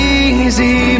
easy